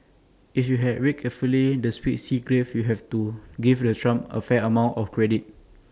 if you had read carefully the speech Xi grave you have to give the Trump A fair amount of credit